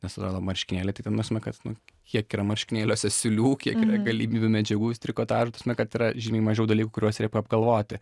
nes atrodo marškinėliai tai ten nu ta prasme kad nu kiek yra marškinėliuose siūlių kiek yra galimybių medžiagų trikotažų ta prasme kad yra žymiai mažiau dalykų kuriuos reikia apgalvoti